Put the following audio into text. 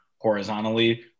horizontally